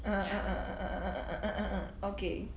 uh uh uh uh uh uh uh uh uh uh uh uh okay